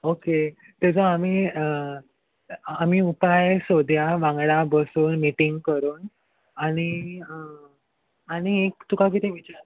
okay तेजो आमी आमी उपाय सोद्या वांगडा बसून मिटींग करून आनी आनी एक तुका कितें विचार